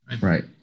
Right